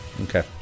Okay